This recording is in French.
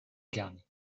garni